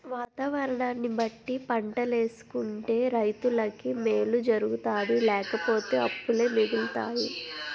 వాతావరణాన్ని బట్టి పంటలేసుకుంటే రైతులకి మేలు జరుగుతాది లేపోతే అప్పులే మిగులుతాయి